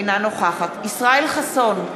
אינה נוכחת ישראל חסון,